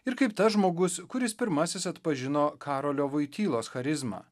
ir kaip tas žmogus kuris pirmasis atpažino karolio voitylos charizmą